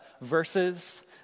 verses